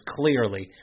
clearly